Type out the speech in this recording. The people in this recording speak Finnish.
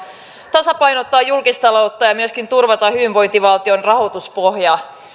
tasapainottaa julkistaloutta ja myöskin turvata hyvinvointivaltion rahoituspohja